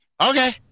Okay